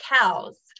cows